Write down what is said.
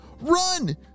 Run